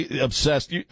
obsessed